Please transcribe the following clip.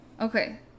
Okay